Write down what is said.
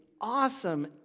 awesome